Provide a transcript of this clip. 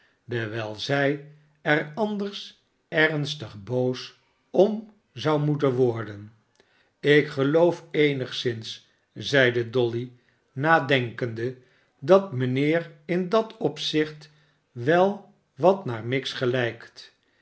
dewijl zij er anders ernstig boos om zou moeten worden ik geloof eenigszins zeide dolly nadenkende dat mijnheer in dat opzicht wel wat naar miggs